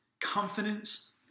confidence